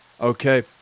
okay